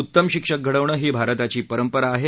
उत्तम शिक्षक घडवणं ही भारताची परंपरा आहे